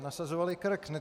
Nasazovali krk.